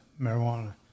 marijuana